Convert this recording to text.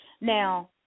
now